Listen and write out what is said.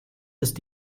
ist